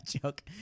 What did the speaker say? joke